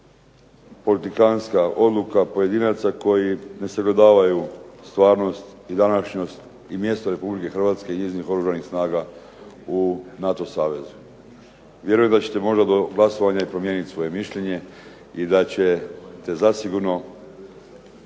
politikantska odluka pojedinaca koji ne sagledavaju stvarnost, mjesto Republike Hrvatske i njezinih Oružanih snaga u NATO Savezu. Vjerujem da ćete možda do glasovanja promijeniti svoje mišljenje i da ćete zasigurno